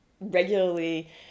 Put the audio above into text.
regularly